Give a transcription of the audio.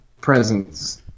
presence